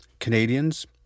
Canadians